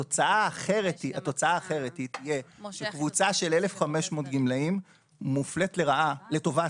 התוצאה האחרת היא תהיה שקבוצה של 1,500 גמלאים מופלית לטובה,